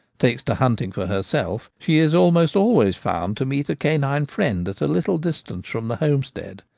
takes to hunting for her self, she is almost always found to meet a canine friend at a little distance from the homestead.